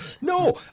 No